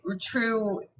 true